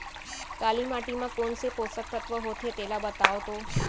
काली माटी म कोन से पोसक तत्व होथे तेला बताओ तो?